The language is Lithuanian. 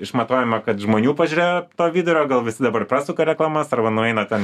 išmatuojame kad žmonių pažiūrėjo to vidurio gal visi dabar prasuka reklamas arba nueina ten